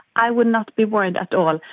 i would not be worried at all.